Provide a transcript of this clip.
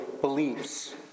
beliefs